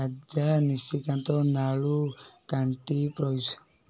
ରାଜା ନିଶିକାନ୍ତ ନାଳୁ କାଣ୍ଟି ପ୍ରୟୁଷ